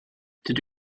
dydw